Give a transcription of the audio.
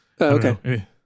okay